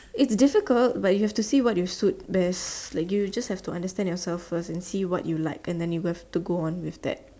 it's difficult but you have to see what you suit best like you just have to understand yourself first and see what you like and then you have to go on with that